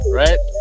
right